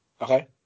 Okay